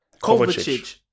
Kovacic